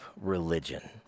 religion